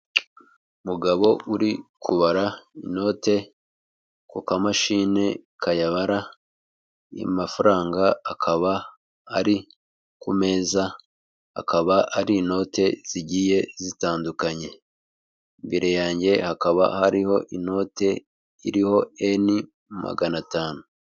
Umugabo uri kubara inote ku kamashini kayabara, amafaranga akaba ari ku meza, akaba ari inoti zigiye zitandukanye. Imbere yanjye hakaba hariho inote iriho N magana atanu.